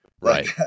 Right